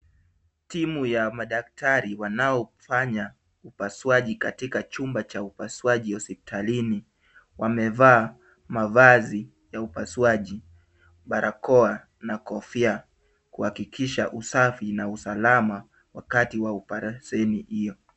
Timu ya madaktari wanaofanya upasuaji katika chumba cha upasuaji hospitalini wamevaa mavazi ya upasuaji barakoa na kofia kuhakikisha usafi na usalama wakati wa oparesheni hiyo.